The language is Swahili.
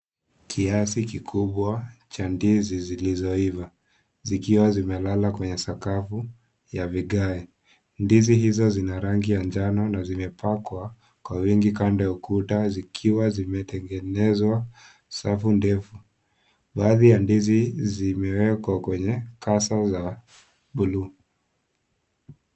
Kiasi kikubwa cha ndizi zilizo iva zikiwa zimelala kwenye sakafu ya vigae . Ndizi hizo zina rangi ya njano na zimepakwa kwa wingi kando ukuta zikiwa zimetengenezwa safu ndefu . Baadhi ya ndizi zimewekwa kwenye kasa la buluu.